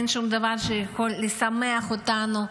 אין שום דבר שיכול לשמח אותנו.